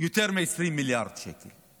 יותר מ-20 מיליארד שקל.